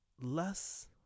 less